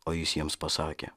o jis jiems pasakė